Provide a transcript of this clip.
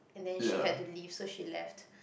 and then she had to leave so she left